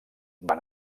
van